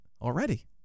already